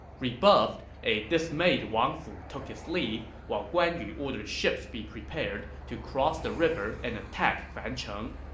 rebuffed, a dismayed wang fu took his leave, while guan yu ordered ships be prepared to cross the river and attack fancheng